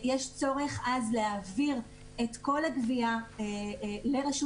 שיש צורך עז להעביר את כל הגבייה לרשות